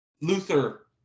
Luther